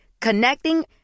Connecting